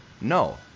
no